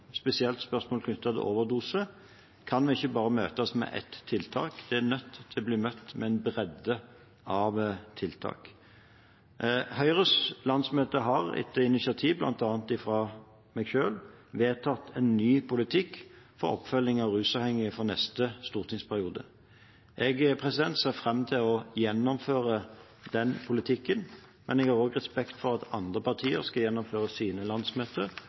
spesielt spørsmål knyttet til overdoser, kan ikke bare møtes med ett tiltak, de er nødt til å bli møtt med en bredde av tiltak. Høyres landsmøte har, etter initiativ bl.a. fra meg selv, vedtatt en ny politikk for oppfølging av rusavhengige for neste stortingsperiode. Jeg ser fram til å gjennomføre den politikken, men jeg har også respekt for at andre partier skal gjennomføre sine